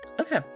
Okay